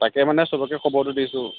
তাকে মানে চবকে খবৰটো দিছো